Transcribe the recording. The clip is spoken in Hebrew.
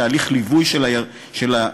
תהליך ליווי של החיילים,